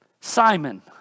Simon